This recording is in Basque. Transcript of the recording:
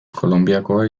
kolonbiakoa